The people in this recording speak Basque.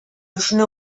josune